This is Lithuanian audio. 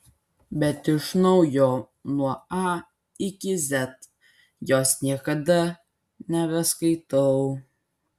bet iš naujo nuo a iki z jos niekada nebeskaitau